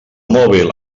mòbil